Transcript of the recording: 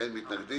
מי נגד?